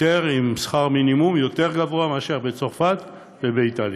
שכר מינימום יותר גבוה מאשר בצרפת ובאיטליה.